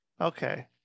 Okay